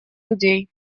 людей